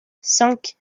cinq